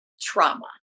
trauma